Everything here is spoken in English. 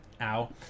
ow